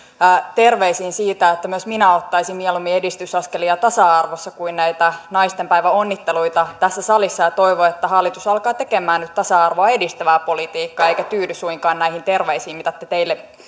terveisiin siitä että myös minä ottaisin mieluummin edistysaskelia tasa arvossa kuin näitä naistenpäiväonnitteluita tässä salissa ja toivon että hallitus alkaa tekemään nyt tasa arvoa edistävää politiikkaa eikä tyydy suinkaan näihin terveisiin mitä te